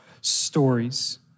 stories